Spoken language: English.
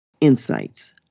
insights